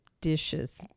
dishes